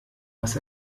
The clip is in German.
was